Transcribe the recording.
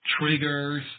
triggers